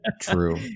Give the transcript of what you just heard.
true